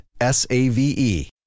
S-A-V-E